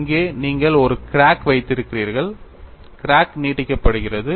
இங்கே நீங்கள் ஒரு கிராக் வைத்திருக்கிறீர்கள் கிராக் நீட்டிக்கப்படுகிறது